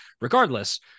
Regardless